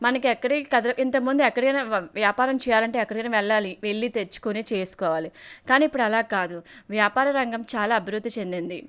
మనకి ఎక్కడికి ఇంతకు ముందు ఎక్కడైనా వ్యాపారం చేయాలంటే ఎక్కడైనా వెళ్ళాలి వెళ్ళి తెచ్చుకొని చేసుకోవాలి కానీ ఇప్పుడు అలా కాదు వ్యాపార రంగం చాలా అభివృద్ధి చెందింది